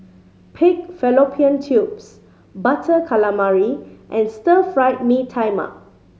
pig fallopian tubes Butter Calamari and Stir Fried Mee Tai Mak